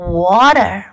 water